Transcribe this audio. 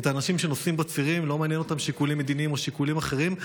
את האנשים שנוסעים בצירים לא מעניין שיקולים מדיניים או שיקולים אחרים,